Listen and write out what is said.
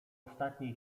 ostatniej